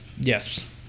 Yes